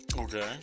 Okay